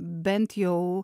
bent jau